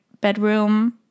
bedroom